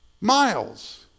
Miles